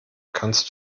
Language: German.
kannst